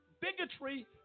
Bigotry